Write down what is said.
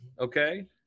Okay